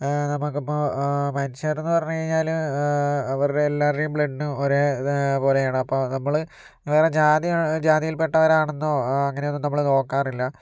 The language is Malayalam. നമുക്കിപ്പോൾ മനുഷ്യരെന്ന് പറഞ്ഞ് കഴിഞ്ഞാല് അവരുടെ എല്ലാവരുടെയും ബ്ലഡ് ഒരേ പോലെയാണ് അപ്പോൾ നമ്മള് വേറെ ജാതി ജാതിയിൽപ്പെട്ടവരാണെന്നോ അങ്ങനെ ഒന്നും നമ്മള് നോക്കാറില്ല